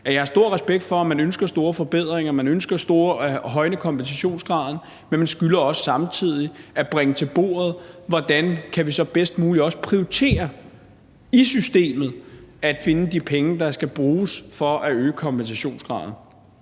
jeg har stor respekt for, at man ønsker store forbedringer, og at man ønsker at højne kompensationsgraden. Men man skylder også samtidig at bringe til bordet, hvordan vi så bedst muligt også kan prioritere i systemet at finde de penge, der skal bruges for at øge kompensationsgraden.